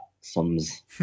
sums